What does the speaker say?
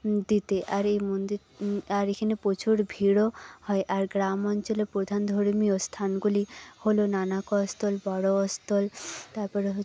দিতে আর এই মন্দির আর এখানে প্রচুর ভিড়ও হয় আর গ্রাম অঞ্চলের প্রধান ধর্মীয় স্থানগুলি হল নানক অস্তল বড় অস্তল তারপরে